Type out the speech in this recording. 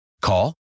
Call